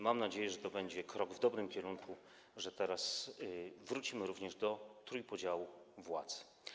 Mam nadzieję, że to będzie krok w dobrym kierunku, że teraz wrócimy również do trójpodziału władzy.